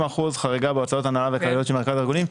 אחוזים חריגה בהוצאות הנהלה וכלליות של הארגונים.